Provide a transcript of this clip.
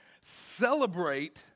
celebrate